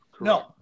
No